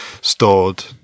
stored